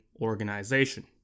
organization